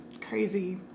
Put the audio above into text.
crazy